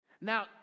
Now